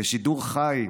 בשידור חי,